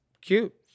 cute